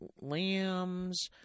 lambs